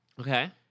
okay